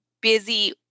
busy